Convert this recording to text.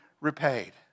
repaid